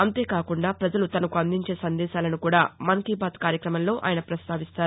అంతేకాకుండా ప్రజలు తనకు అందించే సందేశాలను కూడా మన్ కీ బాత్లో ఆయన ప్రస్తావిస్తారు